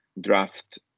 draft